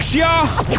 y'all